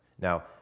Now